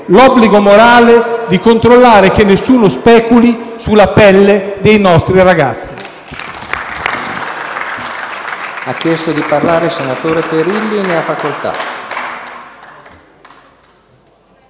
l'obbligo morale di controllare che nessuno speculi sulla pelle dei nostri ragazzi.